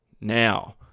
now